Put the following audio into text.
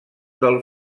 del